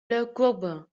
lecourbe